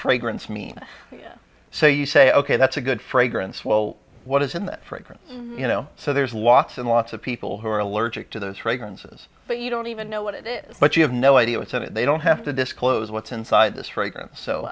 fragrance mean so you say ok that's a good fragrance well what is in that fragrance you know so there's lots and lots of people who are allergic to those fragrances but you don't even know what it is but you have no idea what's in it they don't have to disclose what's inside this